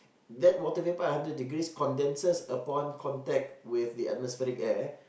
that water vapour at hundred degrees condenses upon contact with the atmospheric air